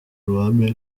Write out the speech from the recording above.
ruhame